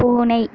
பூனை